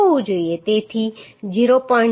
તેથી 0